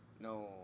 No